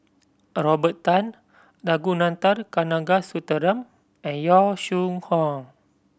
a Robert Tan Ragunathar Kanagasuntheram and Yong Shu Hoong